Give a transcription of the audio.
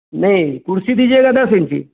नहीं कुर्सी दीजिएगा दस इंच ही